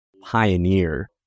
pioneer